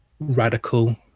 radical